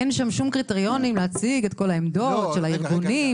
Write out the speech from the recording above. אין שם שום קריטריונים להציג את כל העמדות של הארגונים,